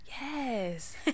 Yes